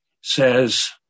says